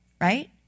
right